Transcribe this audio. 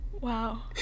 Wow